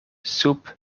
sub